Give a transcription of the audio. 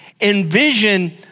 Envision